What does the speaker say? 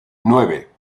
nueve